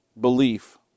belief